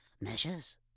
Measures